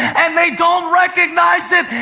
and they don't recognize it,